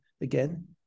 again